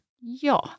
Ja